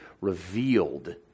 revealed